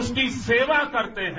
उसकी सेवा करते हैं